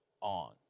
on